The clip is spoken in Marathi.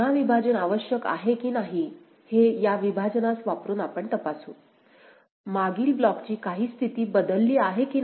पुन्हा विभाजन आवश्यक आहे की नाही हे या विभाजनास वापरून आपण तपासू मागील ब्लॉकची काही स्थिती बदलली आहे की नाही